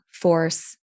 force